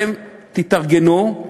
אתם תתארגנו,